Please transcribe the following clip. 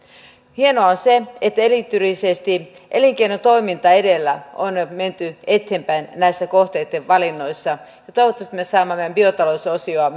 hienoa on se että erityisesti elinkeinotoiminta edellä on menty eteenpäin kohteitten valinnoissa ja toivottavasti me saamme meidän biotalousosiotamme